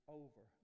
over